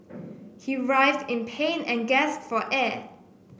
he writhed in pain and gasped for air